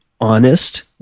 honest